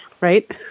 right